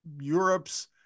Europe's